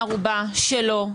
שלו,